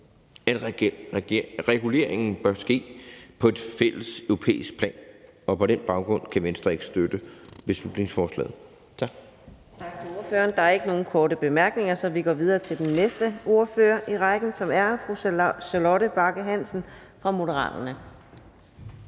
at reguleringen bør ske på et fælles europæisk plan. På den baggrund kan Venstre ikke støtte beslutningsforslaget.